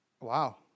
Wow